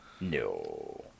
No